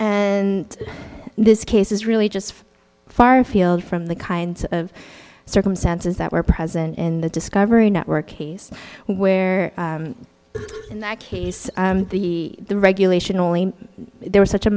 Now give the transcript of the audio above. and this case is really just far afield from the kind of circumstances that were present in the discovery network case where in that case the regulation only there was such a